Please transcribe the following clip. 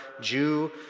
Jew